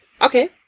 Okay